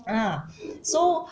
ah so